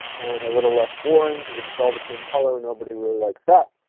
and a little less boring. because if it's all the same color nobody really likes that.